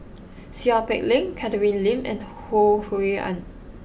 Seow Peck Leng Catherine Lim and Ho Rui An